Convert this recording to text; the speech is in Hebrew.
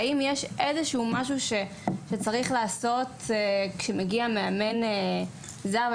האם יש איזה שהוא דבר שצריך לעשות כשמגיע מאמן זר?